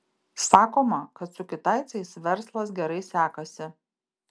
sakoma kad su kitaicais verslas gerai sekasi